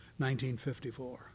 1954